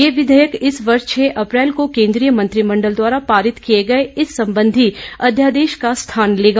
ये विधेयक इस वर्ष छह अप्रैल को केंद्रीय मंत्रिमंडल द्वारा पारित किए गए इस संबंधी अध्यादेश का स्थान लेगा